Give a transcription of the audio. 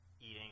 eating